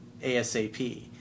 ASAP